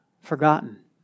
forgotten